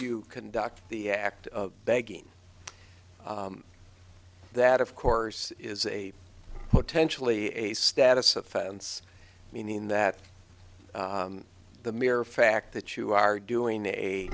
you conduct the act of begging that of course is a potentially a status offense meaning that the mere fact that you are doing a